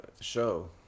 show